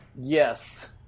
Yes